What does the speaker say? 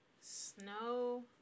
Snow